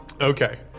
Okay